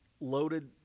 loaded